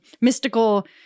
mystical